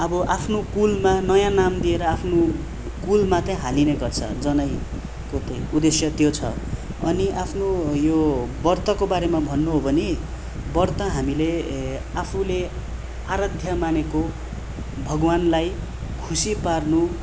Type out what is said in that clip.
अब आफ्नो कुलमा नयाँ नाम दिएर आफ्नो कुलमा चाहिँ हालिने गर्छ जनैको चाहिँ उद्देश्य त्यो छ अनि आफ्नो यो ब्रतको बारेमा भन्नु हो भने ब्रत हामीले आफूले आराध्या मानेको भगवान्लाई खुसी पार्नु